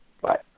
Bye